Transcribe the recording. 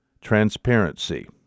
transparency